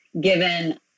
given